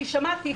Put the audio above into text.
אני שמעתי,